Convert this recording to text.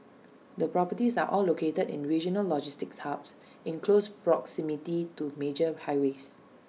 the properties are all located in regional logistics hubs in close proximity to major highways